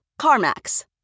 CarMax